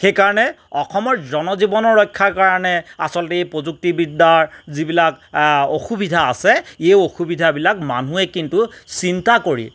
সেইকাৰণে অসমৰ জনজীৱনৰ ৰক্ষাৰ কাৰণে আচলতে এই প্ৰযুক্তিবিদ্যাৰ যিবিলাক অসুবিধা আছে এই অসুবিধাবিলাক মানুহে কিন্তু চিন্তা কৰি